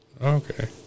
Okay